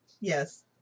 Yes